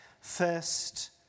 first